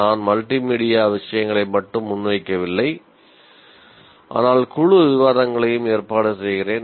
நான் மல்டிமீடியா விஷயங்களை மட்டும் முன்வைக்கவில்லை ஆனால் குழு விவாதங்களையும் ஏற்பாடு செய்கிறேன்